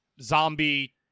zombie